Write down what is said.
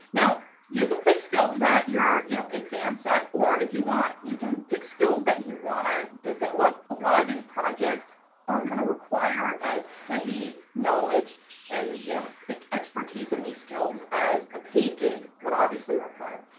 now you can pick skills that you're you know advanced at or if you want you can pick skills that you want to develop. a lot of these projects aren't going to require as heavy knowledge and you know expertise in these skills as a paid gig would obviously require.